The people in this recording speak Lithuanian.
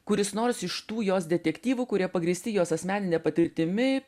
kuris nors iš tų jos detektyvų kurie pagrįsti jos asmenine patirtimi